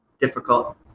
difficult